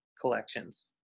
collections